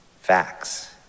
facts